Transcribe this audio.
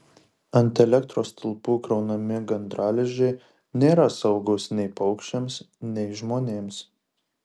ant elektros stulpų kraunami gandralizdžiai nėra saugūs nei paukščiams nei žmonėms